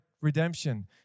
redemption